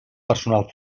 personal